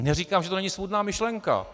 Neříkám, že to není svůdná myšlenka.